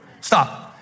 Stop